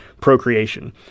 procreation